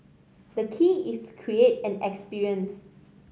the key is to create an experience